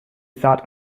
thought